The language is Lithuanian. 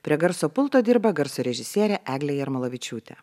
prie garso pulto dirba garso režisierė eglė jarmolavičiūtė